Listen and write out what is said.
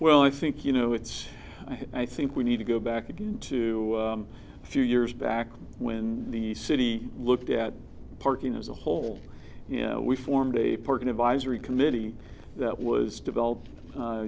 well i think you know it's i think we need to go back again to a few years back when the city looked at parking as a whole you know we formed a parking advisory committee that was developed u